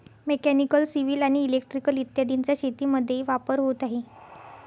mechanical, civil आणि electrical इत्यादींचा शेतीमध्ये वापर होत आहे